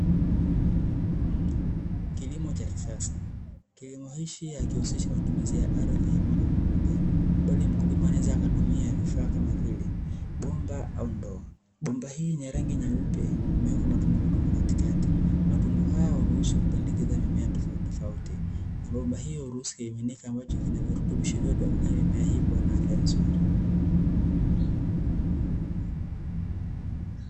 Kilimo cha kisasa kilimoishi akihusisha matumizi ya ardhi ya moja kwa moja bali mkulima anaweza akatumia vifaa kama vile bomba au ndoo, bomba hii nya rangi nyeupe imeweka matundu matundu katikati matundu hayo huruhusu kupendekeza mimea tofauti tofauti na bomba hiyo huruhusu kimiminika ambacho kina virutubisho vyote vinavyo fanya mimea hii kua na afya nzuri.